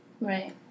Right